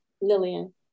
Lillian